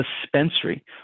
dispensary